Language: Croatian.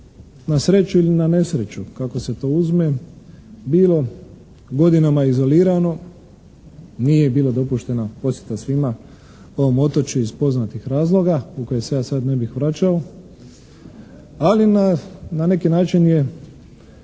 na sreću ili na nesreću kako se to uzme bilo godinama izolirano, nije bila dopuštena posjeta svima ovom otočju iz poznatih razloga u koja se ja sada ne bi vraćao, ali na neki način je